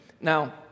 Now